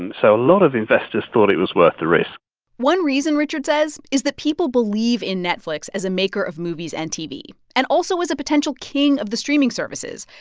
and so a lot of investors thought it was worth the risk one reason, richard says, is that people believe in netflix as a maker of movies and tv and also as a potential king of the streaming services.